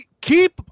keep